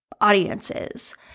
audiences